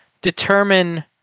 determine